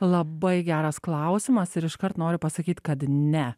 labai geras klausimas ir iškart noriu pasakyt kad ne